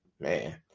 Man